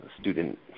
student